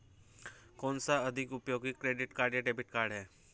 कौनसा अधिक उपयोगी क्रेडिट कार्ड या डेबिट कार्ड है?